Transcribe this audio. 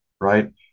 right